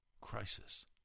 crisis